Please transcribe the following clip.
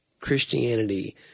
Christianity